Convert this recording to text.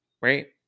Right